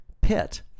pit